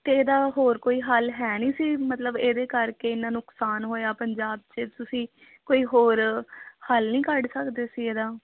ਤਾਂ ਇਹਦਾ ਹੋਰ ਕੋਈ ਹੱਲ ਹੈ ਨਹੀਂ ਸੀ ਮਤਲਬ ਇਹਦੇ ਕਰਕੇ ਇੰਨਾ ਨੁਕਸਾਨ ਹੋਇਆ ਪੰਜਾਬ 'ਚ ਤੁਸੀਂ ਕੋਈ ਹੋਰ ਹੱਲ ਨਹੀਂ ਕੱਢ ਸਕਦੇ ਸੀ ਇਹਦਾ